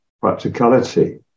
practicality